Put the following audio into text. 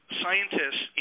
scientists